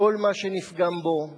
כל מה שנפגם בו היום.